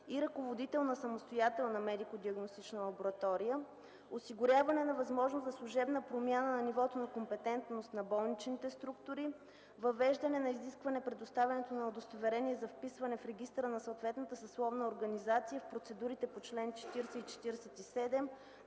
и ръководител на самостоятелна медико-диагностична лаборатория; - осигуряване на възможност за служебна промяна на нивото на компетентност на болничните структури; - въвеждане на изискване предоставянето на удостоверение за вписване в регистъра на съответната съсловна организация в процедурите по чл. 40 и 47